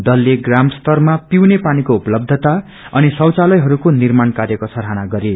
दलले प्राम स्तरमा पिउने पानीको उपलब्धता अनि शैचखलयहरूको निर्माण कार्यको सराहना गरे